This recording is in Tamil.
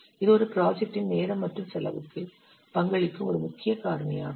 இது ஒரு ப்ராஜெக்ட்டின் நேரம் மற்றும் செலவுக்கு பங்களிக்கும் ஒரு முக்கிய காரணியாகும்